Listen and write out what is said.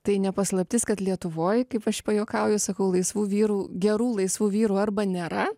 tai ne paslaptis kad lietuvoje kaip aš pajuokauju sakau laisvų vyrų gerų laisvų vyrų arba nėra